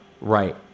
Right